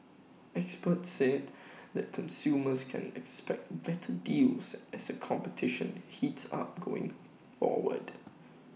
experts said that consumers can expect better deals as A competition heats up going forward